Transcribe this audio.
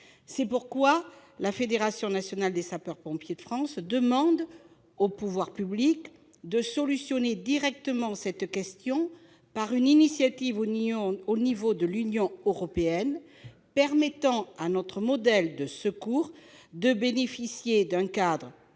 cette raison, la Fédération nationale des sapeurs-pompiers de France demande aux pouvoirs publics de solutionner directement cette question en menant une initiative auprès de l'Union européenne, pour permettre à notre modèle de secours de bénéficier d'un cadre